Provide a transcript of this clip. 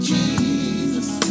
Jesus